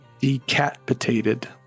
Decapitated